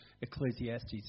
Ecclesiastes